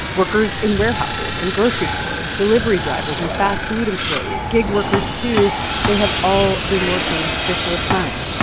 workers in warehouses and grocery stores, delivery drivers and fast food employees, gig workers, too they have all been working this whole time.